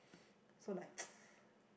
so like